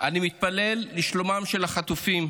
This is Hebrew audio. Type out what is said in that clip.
אני מתפלל לשלומם של החטופים,